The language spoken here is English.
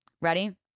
Ready